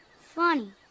Funny